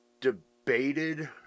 debated